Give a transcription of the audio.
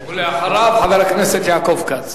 ואחריו, חבר הכנסת יעקב כץ.